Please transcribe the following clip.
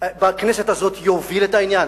בכנסת הזאת, יוביל את העניין?